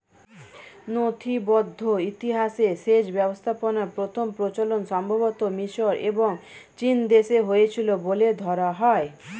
নথিবদ্ধ ইতিহাসে সেচ ব্যবস্থাপনার প্রথম প্রচলন সম্ভবতঃ মিশর এবং চীনদেশে হয়েছিল বলে ধরা হয়